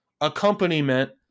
accompaniment